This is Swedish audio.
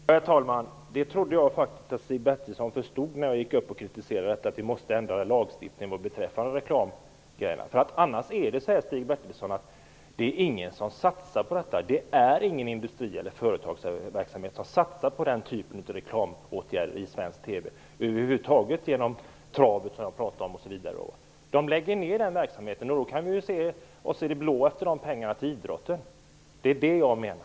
Herr talman! När jag gick upp och kritiserade detta trodde jag faktiskt att Stig Bertilsson förstod att vi måste ändra lagstiftningen beträffande reklamen. Annars satsar ingen på detta. Det finns ingen industri eller företagsverksamhet som satsar på den typen av reklamåtgärder i svensk TV, genom t.ex. travet som jag talade om. De lägger ned den verksamheten. Då kan vi se oss i det blå efter pengarna till idrotten. Det är vad jag menar.